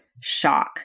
shock